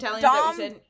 Dom